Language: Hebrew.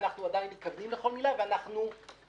ואנחנו עדיין מתכוונים לכל מילה ואנחנו בתהליכים.